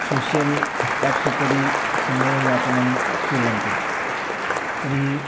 social apps उपरि समययापनं कुर्वन्ति तर्हि